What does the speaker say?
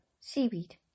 seaweed